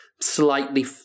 slightly